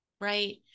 Right